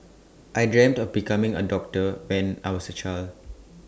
I dreamt of becoming A doctor when I was A child